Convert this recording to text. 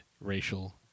racial